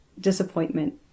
disappointment